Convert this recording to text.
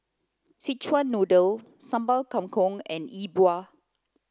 Zechuan noodle Sambal Kangkong and Yi Bua